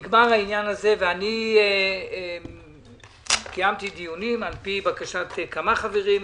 הזה, ואני קיימתי דיונים על פי בקשת כמה חברים,